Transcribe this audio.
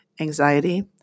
anxiety